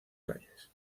calles